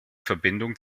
verbindung